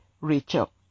Rachel